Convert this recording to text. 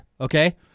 okay